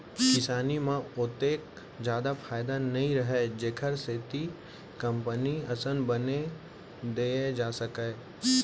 किसानी म ओतेक जादा फायदा नइ रहय जेखर सेती कंपनी असन बनी दे जाए सकय